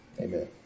Amen